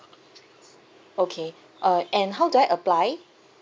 okay uh and how do I apply